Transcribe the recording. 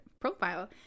profile